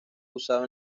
usado